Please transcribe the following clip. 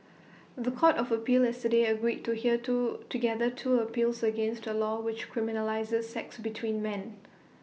The Court of appeal yesterday agreed to hear to together two appeals against A law which criminalises sex between men